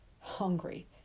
hungry